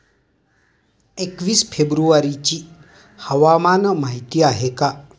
एकवीस फेब्रुवारीची हवामान माहिती आहे का?